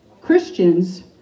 Christians